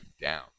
down